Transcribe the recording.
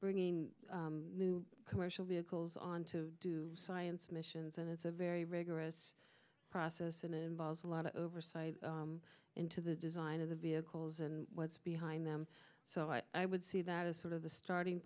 bringing new commercial vehicles on to do science missions and it's a very rigorous process and involves a lot of oversight into the zein of the vehicles and what's behind them so i i would see that as sort of the starting